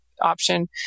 option